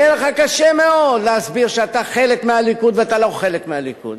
יהיה לך קשה מאוד להסביר שאתה חלק מהליכוד ואתה לא חלק מהליכוד.